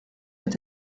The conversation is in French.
est